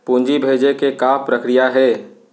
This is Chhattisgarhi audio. पूंजी भेजे के का प्रक्रिया हे?